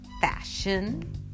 fashion